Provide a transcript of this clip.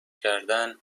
کردن